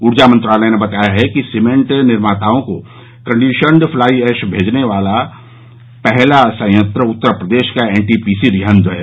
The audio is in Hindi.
उर्जा मंत्रालय ने बताया है कि सीमेंट विनिर्माताओं को कंडीशंड फ्लाई एश भेजने वाला पहला उर्जा संयंत्र उत्तर प्रदेश का एनटीपीसी रिहंद है